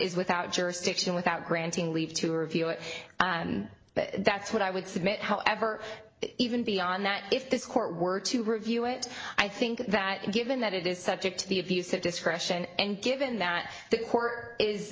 is without jurisdiction without granting leave to review it but that's what i would submit however even beyond that if this court were to review it i think that given that it is subject to the abuse of discretion and given that the court is